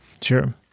Sure